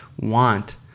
want